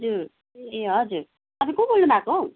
हजुर ए हजुर तपाईँ को बोल्नुभएको हौ